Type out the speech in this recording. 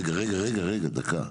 רגע רגע דקה.